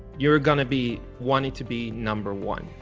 your gonna be, wanting to be number one.